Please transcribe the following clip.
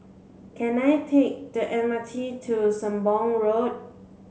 can I take the M R T to Sembong Road